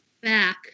back